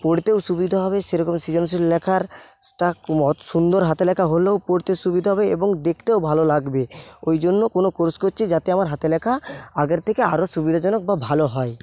পড়তেও সুবিধা হবে সেরকম সৃজনশীল লেখার সুন্দর হাতের লেখা হলেও পড়তে সুবিধা হবে এবং দেখতেও ভালো লাগবে ওইজন্য কোনো কোর্স করছি যাতে আমার হাতের লেখা আগের থেকে আরও সুবিধাজনক বা ভালো হয়